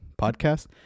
podcast